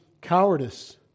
cowardice